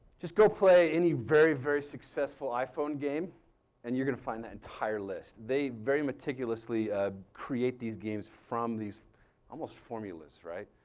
just go play any very, very successful iphone game and you're going to find that entire list. they very meticulously ah create these games from these almost formulas, right?